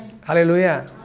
Hallelujah